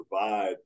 provide